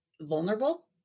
vulnerable